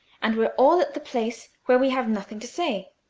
and we're all at the place where we have nothing to say.